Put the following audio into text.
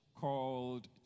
called